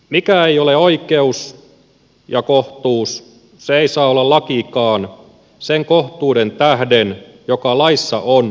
mikä ei ole oikeus ja kohtuus se ei saata olla lakikaan sen kohtuuden tähden joka laissa on se hyväksytään